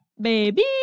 baby